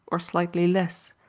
or slightly less,